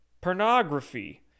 pornography